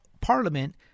parliament